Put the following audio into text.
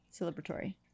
Celebratory